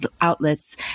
outlets